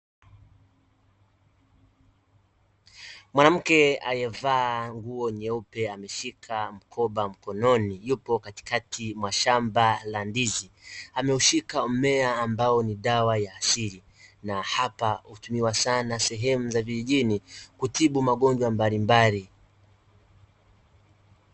Mwanamke aliyevaa nguo nyeupe ameshika mkoba mkononi, yupo katikati ya shamba la ndizi, ameushika mmea ambao ni dawa ya asili na hapa hutumiwa sana sehemu za vijijini kutibu magonjwa mbalimbali.